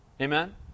Amen